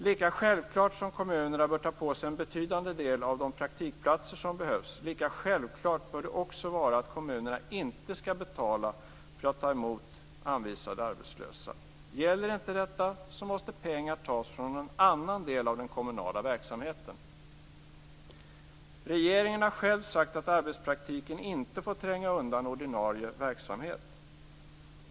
Lika självklart som att kommunerna bör ta på sig en betydande del av de praktikplatser som behövs bör det också vara att kommunerna inte skall betala för att ta emot anvisade arbetslösa. Gäller inte detta så måste pengar tas från någon annan del av den kommunala verksamheten. Regeringen har själv sagt att arbetspraktiken inte får tränga undan ordinarie verksamhet.